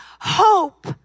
Hope